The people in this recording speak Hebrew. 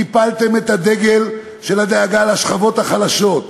קיפלתם את הדגל של הדאגה לשכבות החלשות,